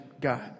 God